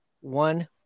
one